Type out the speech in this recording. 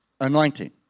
anointing